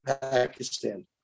Pakistan